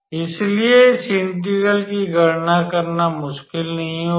इसलिए इस इंटेग्रल की गणना करना मुश्किल नहीं होगा